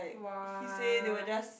what